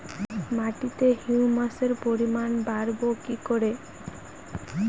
মাটিতে হিউমাসের পরিমাণ বারবো কি করে?